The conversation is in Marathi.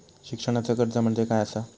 शिक्षणाचा कर्ज म्हणजे काय असा?